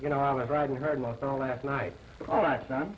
you know i was riding herd lost all last night last night